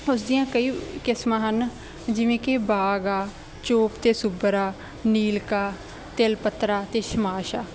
ਉਸਦੀਆਂ ਕਈ ਕਿਸਮਾਂ ਹਨ ਜਿਵੇਂ ਕਿ ਬਾਗ ਆ ਚੋਪ ਅਤੇ ਸੁਬਰ ਆ ਨੀਲਕਾ ਤਿਲ ਪੱਤਰਾ ਅਤੇ ਸ਼ਮਾਸ਼ ਆ